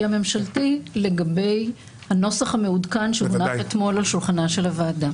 הממשלתי לגבי הנוסח המעודכן שהונח אתמול על שולחן הוועדה.